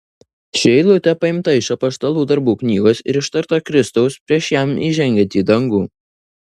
ši eilutė paimta iš apaštalų darbų knygos ir ištarta kristaus prieš jam įžengiant į dangų